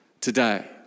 today